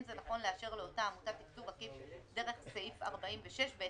זה נכון לאשר לאותה עמותה תקצוב עקיף דרך סעיף 46 או סעיף 61,